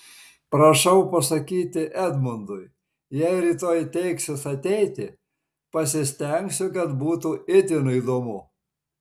prašau pasakyti edmundui jei rytoj teiksis ateiti pasistengsiu kad būtų itin įdomu